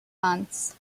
months